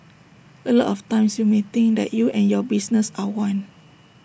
A lot of times you may think that you and your business are one